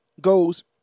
goes